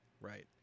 right